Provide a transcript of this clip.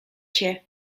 się